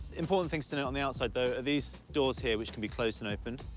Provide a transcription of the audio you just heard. important things to know on the outside, though, are these doors here, which can be closed and opened.